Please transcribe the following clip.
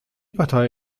partei